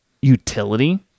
utility